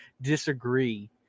disagree